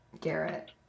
Garrett